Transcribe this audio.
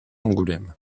angoulême